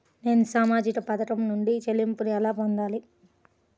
నేను సామాజిక పథకం నుండి చెల్లింపును ఎలా పొందాలి?